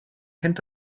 kennt